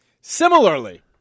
Similarly